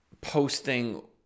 posting